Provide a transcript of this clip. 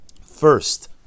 First